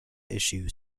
issue